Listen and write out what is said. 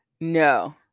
No